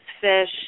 fish